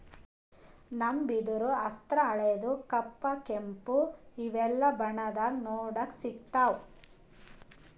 ನಮ್ಗ್ ಬಿದಿರ್ ಹಸ್ರ್ ಹಳ್ದಿ ಕಪ್ ಕೆಂಪ್ ಇವೆಲ್ಲಾ ಬಣ್ಣದಾಗ್ ನೋಡಕ್ ಸಿಗ್ತಾವ್